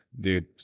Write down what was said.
dude